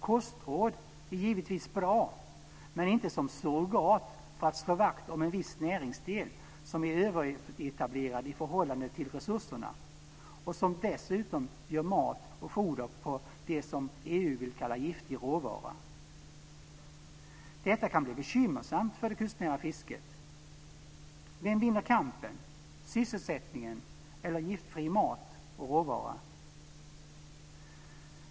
Kostråd är givetvis bra, men inte som surrogat för att slå vakt om en viss näringsdel som är överetablerad i förhållande till resurserna och där dessutom mat och foder görs av det som EU vill kalla giftig råvara. Detta kan bli bekymmersamt för det kustnära fisket. Vem vinner kampen? Sysselsättningen eller giftfri mat och råvara?